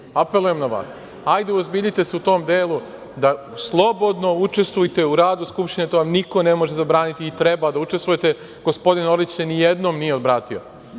apelujem na vas, ajde uozbiljite se u tom delu. Slobodno učestvujte u radu Skupštine, to vam niko ne može zabraniti, i treba da učestvujete. Gospodin Orlić se ni jednom nije obratio,